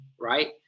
right